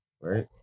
right